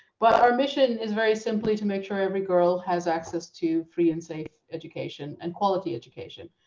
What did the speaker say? but our mission is very simply to make sure every girl has access to free and safe education and quality education.